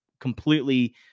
completely